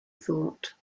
thought